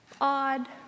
odd